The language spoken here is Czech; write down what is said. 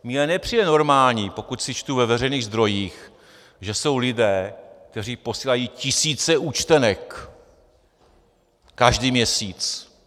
Mně nepřijde normální, pokud si čtu ve veřejných zdrojích, že jsou lidé, kteří posílají tisíce účtenek každý měsíc.